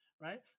right